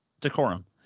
decorum